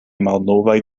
malnovaj